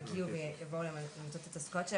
יגיעו ויבואו למצות את הזכויות שלהן,